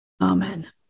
Amen